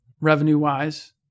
revenue-wise